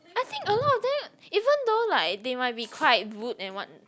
I think a lot of them even though like they might be quite rude and what